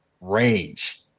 range